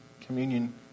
communion